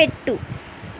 పెట్టు